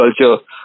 culture